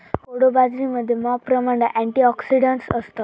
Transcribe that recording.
कोडो बाजरीमध्ये मॉप प्रमाणात अँटिऑक्सिडंट्स असतत